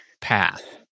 path